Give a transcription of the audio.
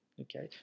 Okay